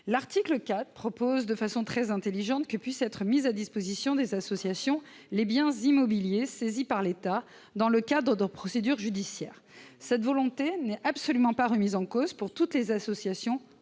L'article 4 prévoit de façon très intelligente que puissent être mis à la disposition des associations les biens immobiliers saisis par l'État dans le cadre de procédures judiciaires. Cette volonté n'est absolument pas remise en cause pour toutes les associations